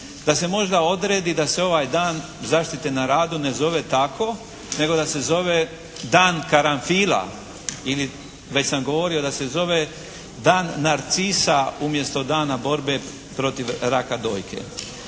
da se možda odredi da se ovaj dan zaštite na radu ne zove tako nego da se zove dan karanfila. Ili već sam govorio da se zove dan narcisa umjesto dana borbe protiv raka dojke.